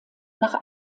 nach